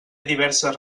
diverses